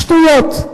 שטויות.